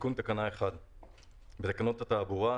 תיקון תקנה 1 בתקנות התעבורה,